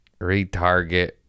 retarget